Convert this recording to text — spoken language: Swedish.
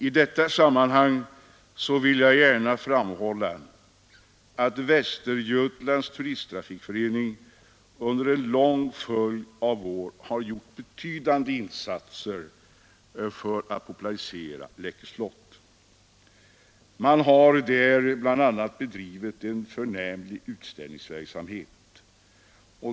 I detta sammanhang vill jag gärna framhålla att Västergötlands turisttrafikförening under en lång följd av år gjort betydande insatser för att popularisera Läckö slott. Man har där bl.a. bedrivit en förnämlig utställningsverksamhet.